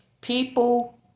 People